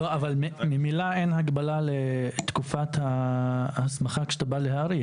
אבל ממילא אין הגבלה לתקופת ההסמכה כשאתה בא להאריך.